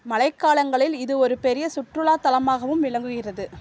மழைக்காலங்களில் இது ஒரு பெரிய சுற்றுலா தலமாகவும் விளங்குகிறது